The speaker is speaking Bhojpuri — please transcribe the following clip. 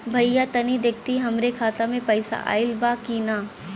भईया तनि देखती हमरे खाता मे पैसा आईल बा की ना?